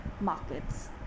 markets